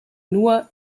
nur